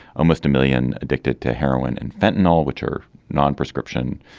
almost a million addicted to heroin and fenton all which are nonprescription